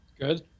Good